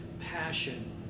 passion